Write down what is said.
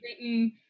written